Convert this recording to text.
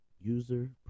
User